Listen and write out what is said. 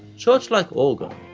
church-like organ,